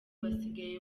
basigaye